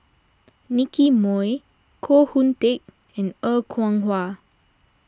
Nicky Moey Koh Hoon Teck and Er Kwong Wah